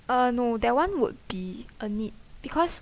uh no that one would be a need because